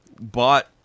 bought